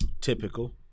Typical